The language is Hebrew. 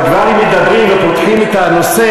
אבל כבר אם מדברים ופותחים את הנושא,